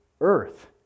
earth